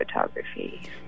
photography